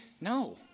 No